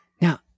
now